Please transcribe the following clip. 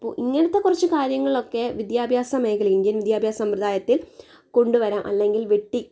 അപ്പോൾ ഇങ്ങനത്തെ കുറച്ചു കാര്യങ്ങൾ ഒക്കെ വിദ്യാഭ്യാസ മേഖല ഇന്ത്യൻ വിദ്യാഭ്യാസ സമ്പ്രദായത്തില് കൊണ്ട് വരാം അല്ലെങ്കില് വെട്ടി